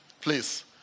please